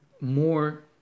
more